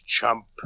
chump